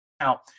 now